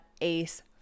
Ace